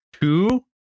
two